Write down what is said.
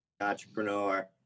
entrepreneur